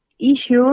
issues